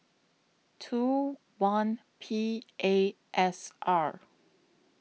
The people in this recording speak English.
two one P A S R